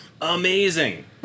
amazing